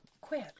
Quit